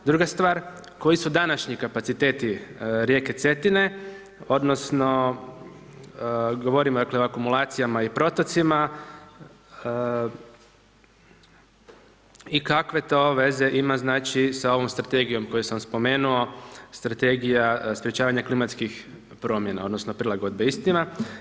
Druga stvar, koji su današnji kapaciteti rijeke Cetine, odnosno, govorim dakle, o akumulacijama i protocima, i kakve to veze ima znači sa ovom strategijom koju sam spomenuo, strategija, sprječavanja klimatskih promjena, odnosno, prilagodbe, istina.